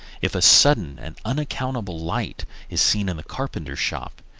if a sudden and unaccountable light is seen in a carpenter's shop,